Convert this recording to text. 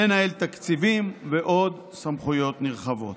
לנהל תקציבים ועוד סמכויות נרחבות.